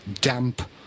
damp